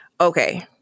Okay